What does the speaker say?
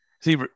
see